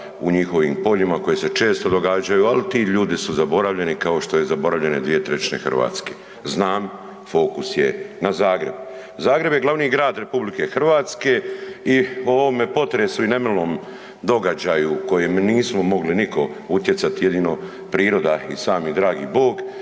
u njihovim poljima koji se često događaju, ali ti ljudi su zaboravljeni kao što je zaboravljeno 2/3 Hrvatske. Znam, fokus je na Zagrebu. Zagreb je glavni grad RH i u ovome potrebu i nemilom događaju kojemu nismo mogli nitko utjecati jedino priroda i sam dragi Bog